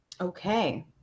Okay